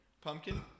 pumpkin